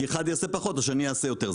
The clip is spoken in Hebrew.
כי אחד יעשה פחות והשני יעשה יותר,